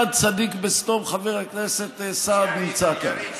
אחד צדיק בסדום, חבר הכנסת סעד נמצא כאן.